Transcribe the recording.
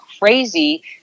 crazy